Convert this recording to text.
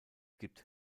gibt